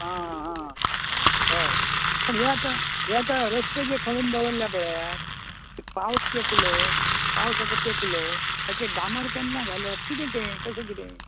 आं आं हय पण हें आतां हे आतां रस्ते जे खणून दवरला पळयात पावस तेंकलो पावस आतां तेंकलो ताचेर डांबर केन्ना घालप कितें कशें कितें